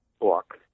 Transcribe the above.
book